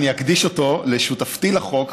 ואקדיש אותו לשותפתי לחוק,